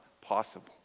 possible